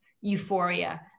euphoria